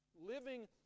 Living